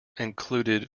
included